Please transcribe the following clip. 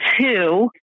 two